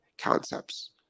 concepts